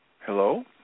Hello